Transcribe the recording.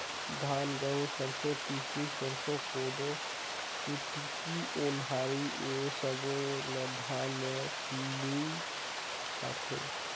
धान, गहूँ, सरसो, तिसी, सरसो, कोदो, कुटकी, ओन्हारी ए सब्बो ल धान म लूए जाथे